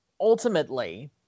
ultimately